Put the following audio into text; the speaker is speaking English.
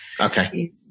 Okay